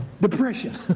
depression